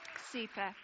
Super